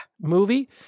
movie